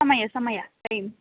ಸಮಯ ಸಮಯ ಟೈಮ್